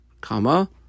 comma